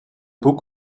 boek